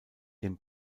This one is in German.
dem